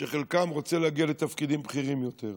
שחלקם רוצים להגיע לתפקידים בכירים יותר.